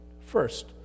First